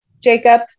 Jacob